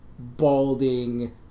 Balding